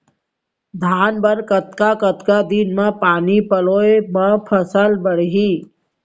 धान बर कतका कतका दिन म पानी पलोय म फसल बाड़ही?